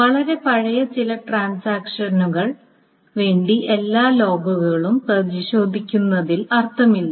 വളരെ പഴയ ചില ട്രാൻസാക്ഷനു വേണ്ടി എല്ലാ ലോഗുകളും പരിശോധിക്കുന്നതിൽ അർത്ഥമില്ല